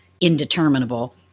indeterminable